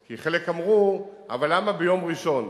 כי חלק אמרו: למה ביום ראשון?